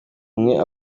umwe